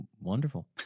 wonderful